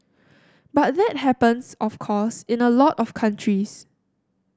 but that happens of course in a lot of countries